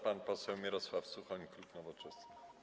Pan poseł Mirosław Suchoń, klub Nowoczesna.